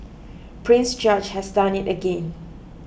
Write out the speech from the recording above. Prince George has done it again